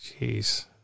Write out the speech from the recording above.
Jeez